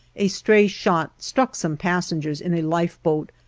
a stray shot struck some passengers in a lifeboat,